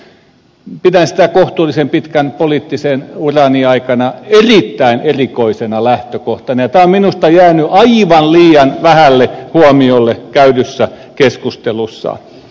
pidän sitä kohtuullisen pitkän poliittisen urani aikana erittäin erikoisena lähtökohtana ja tämä on minusta jäänyt aivan liian vähälle huomiolle käydyssä keskustelussa